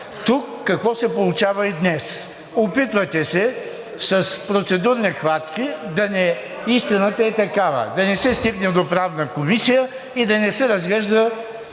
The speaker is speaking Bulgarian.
Тук какво се получава и днес – опитвате се с процедурни хватки, истината е такава, да не се стигне до Правна комисия и да не се разглежда